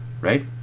right